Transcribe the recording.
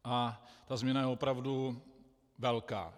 A ta změna je opravdu velká.